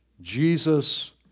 Jesus